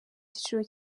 cyiciro